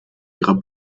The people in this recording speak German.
ihrer